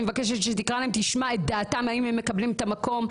אני מבקשת שתקרא להם ותשמע את דעתם האם הם מקבלים את המקום,